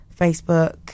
Facebook